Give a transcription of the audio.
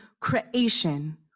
creation